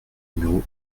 numéro